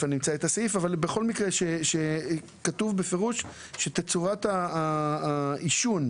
כתוב בפירוש שתצורת העישון,